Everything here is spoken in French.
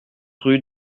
rue